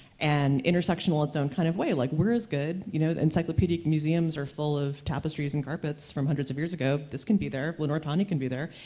and intersectional in its and kind of way, like, we're as good. you know encyclopedic museums are full of tapestries and carpets from hundreds of years ago. this can be there. lenore tawney can be there.